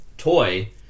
toy